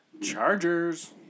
Chargers